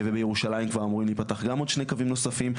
ובירושלים כבר אמורים להיפתח גם עוד שני קווים נוספים,